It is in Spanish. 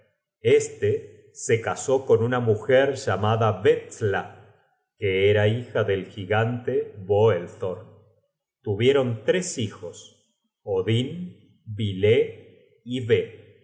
este se casó con una mujer llamada betsla que era hija del gigante boelthorn tuvieron tres hijos odin vile y vé